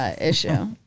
issue